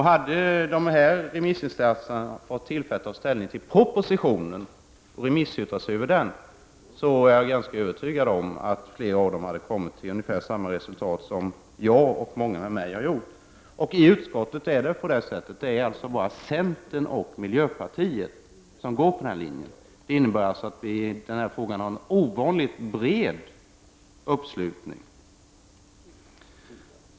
Hade dessa remissinstanser fått tillfälle att ta ställning till propositionen och yttra sig över den, är jag ganska övertygad om att flera hade kommit till samma slutsats som jag och många med mig har gjort. I utskottet är det alltså bara centern och miljöpartiet som går på denna linje. Det innebär att propositionen har en ovanligt bred uppslutning.